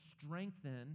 strengthen